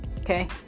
okay